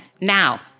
Now